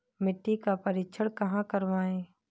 मिट्टी का परीक्षण कहाँ करवाएँ?